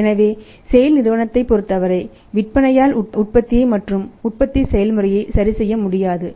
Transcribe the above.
எனவே SAIL நிறுவனத்தைப் பொறுத்தவரை விற்பனையால் உற்பத்தியை மற்றும் உற்பத்தி செயல்முறையை சரி செய்ய முடியாது